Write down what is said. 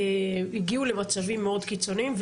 הגיעו למצבים מאוד קיצוניים.